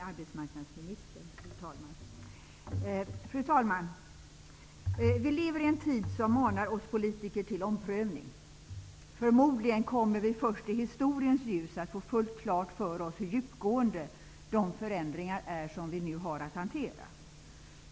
Fru talman! Vi lever i en tid som manar oss politiker till omprövning. Förmodligen kommer vi först i historiens ljus att få fullt klart för oss hur djupgående de förändringar är som vi nu har att hantera.